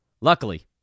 Luckily